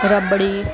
rabri